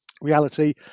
reality